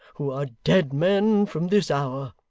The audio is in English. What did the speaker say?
who are dead men from this hour.